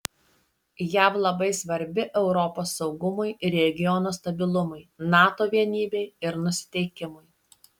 jav labai svarbi europos saugumui ir regiono stabilumui nato vienybei ir nusiteikimui